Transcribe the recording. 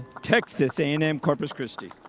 texas a and m corpus christi.